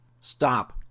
Stop